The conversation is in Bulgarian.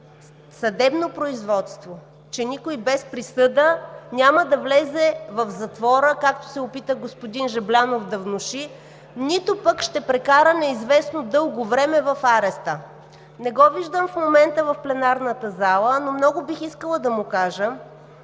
съдебно производство, че никой без присъда няма да влезе в затвора, както се опита господин Жаблянов да внуши, нито пък ще прекара неизвестно дълго време в ареста. Не го виждам в момента в пленарната зала, но много бих искала да му кажа,